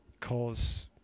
cause